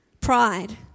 pride